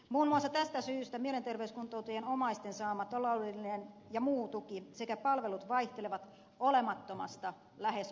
muun muassa tästä syystä mielenterveyskuntoutujien omaisten saama taloudellinen ja muu tuki sekä palvelut vaihtelevat olemattomasta lähes olemattomaan